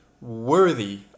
worthy